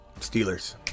Steelers